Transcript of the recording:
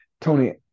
Tony